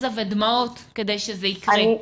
יזע ודמעות כדי שזה יקרה.